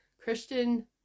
Christian